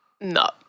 No